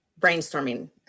brainstorming